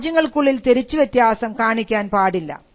രാജ്യങ്ങൾക്കുള്ളിൽ തിരിച്ചു വ്യത്യാസം കാണിക്കാൻ പാടില്ല